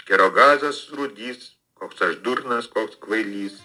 kerogazas surūdys koks aš durnas koks kvailys